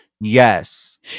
Yes